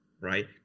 right